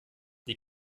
die